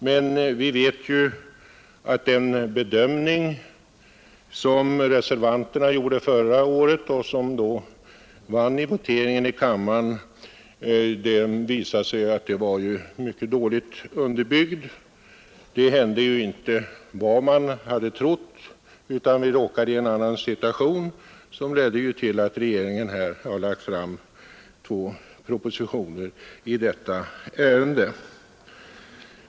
Vi vet emellertid att den bedömning som reservanterna gjorde förra året och som då vann i voteringen i kammaren visade sig vara mycket dåligt underbyggd. Det hände inte vad man hade trott, utan vi råkade i en annan situation som ledde till att regeringen lade fram två propositioner i detta ärende.